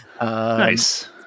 Nice